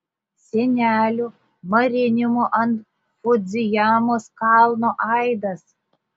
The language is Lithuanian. senelių marinimo ant fudzijamos kalno aidas